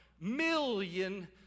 million